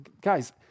Guys